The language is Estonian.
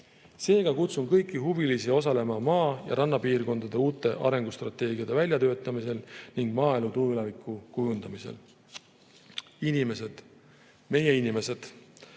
Seega kutsun kõiki huvilisi osalema maa‑ ja rannapiirkondade uute arengustrateegiate väljatöötamisel ning maaelu tuleviku kujundamisel. Inimesed, meie inimesed.